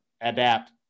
adapt